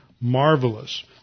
Marvelous